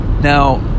Now